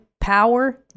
power